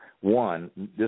One